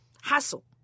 hassle